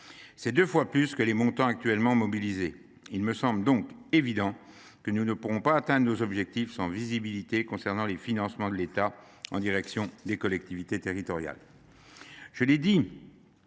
soit deux fois plus que les montants actuellement mobilisés. Il me paraît donc évident que nous ne pourrons pas atteindre nos objectifs sans visibilité concernant les financements de l’État au bénéfice des collectivités territoriales.